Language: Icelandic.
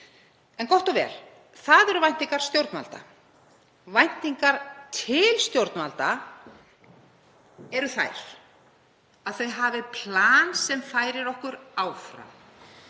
En gott og vel, það eru væntingar stjórnvalda. Væntingar til stjórnvalda eru þær að þau hafi plan sem færi okkur áfram,